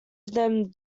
them